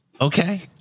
Okay